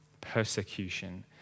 persecution